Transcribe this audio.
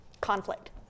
conflict